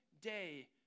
day